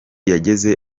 yageze